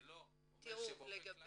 אני לא אומר שבאופן כללי.